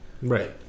Right